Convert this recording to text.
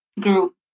group